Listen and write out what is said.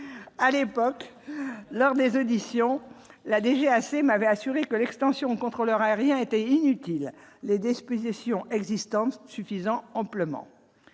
à l'époque, lors des auditions la DGAC m'avait assuré que l'extension contrôleurs aériens était inutile, les dispositions existantes suffisant amplement